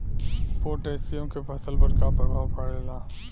Potassium के फसल पर का प्रभाव पड़ेला?